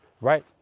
right